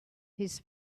his